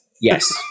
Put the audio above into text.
Yes